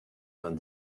vingt